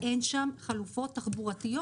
ואין שם חלופות תחבורתיות.